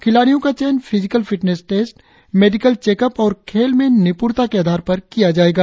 खिलाड़ियों का चयन physical fitness test medical check up और खेल में निपुणता के आधार पर किया जाएगा